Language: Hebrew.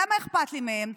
למה אכפת לי מהם?